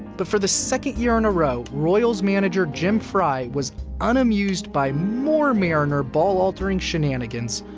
but for the second year in a row, royals manager jim frey was unamused by more mariner ball-altering shenanigans,